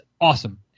awesome